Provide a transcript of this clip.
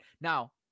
now